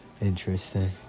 interesting